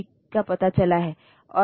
तो इन कोड को मनीमोनिक्स कहा जाता है